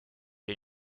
les